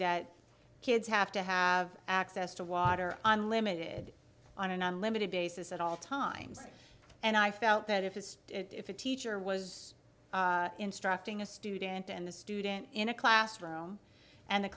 that kids have to have access to water unlimited on an unlimited basis at all times and i felt that if it's if a teacher was instructing a student and the student in a classroom and